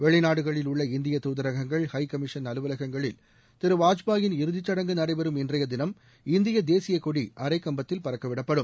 வெளிநாடுகளில் உள்ள இந்திய தூதரகங்கள் எஹ கமிஷன் அலுவலகங்களில் திரு வாஜ்பாயின் இறுதிச் சடங்கு நடைபெறும் இன்றைய தினம் இந்திய தேசியக் கொடி அரைகம்பத்தில் பறக்கவிடப்படும்